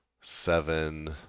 seven